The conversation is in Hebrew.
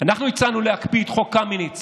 אנחנו הצענו להקפיא את חוק קמיניץ